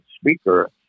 speaker